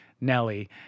nelly